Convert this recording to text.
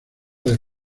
del